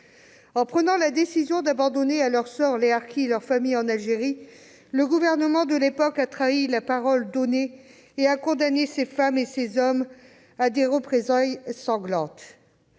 En prenant la décision d'abandonner à leur sort les harkis et leurs familles en Algérie, le gouvernement français de l'époque a trahi la parole donnée, condamnant ces femmes et ces hommes à des représailles sanglantes.